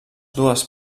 dues